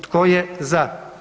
Tko je za?